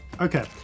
Okay